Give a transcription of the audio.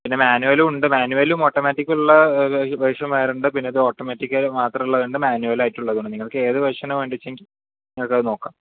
പിന്നെ മാന്വലും ഉണ്ട് മാന്വൽ ഓട്ടോമാറ്റിക് ഉള്ള വേർഷൻ വേറെയുണ്ട് പിന്നെ ഇത് ഓട്ടോമാറ്റിക്ക് മാത്രം ഉള്ളത് ഉണ്ട് പിന്നെ മാന്വൽ ആയിട്ടുള്ളത് ഉണ്ട് നിങ്ങൾക്ക് എത് വേർഷനാണ് വേണ്ടതെന്ന് വെച്ചെങ്കിൽ നിങ്ങൾക്ക് അത് നോക്കാം